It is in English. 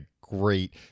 great